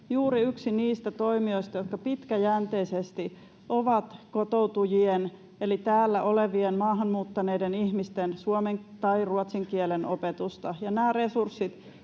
juuri yksi niistä toimijoista, jotka pitkäjänteisesti ovat kotoutujien eli täällä olevien, maahanmuuttaneiden ihmisten suomen tai ruotsin kielen opetusta.